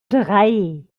drei